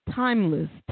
timeless